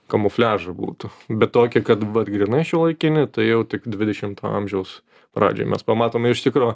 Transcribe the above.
kamufliažą būtų bet tokį kad vat grynai šiuolaikinį tai jau tik dvidešimto amžiaus pradžioj mes pamatome iš tikro